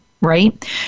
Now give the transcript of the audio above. Right